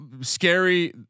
Scary